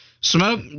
Smoke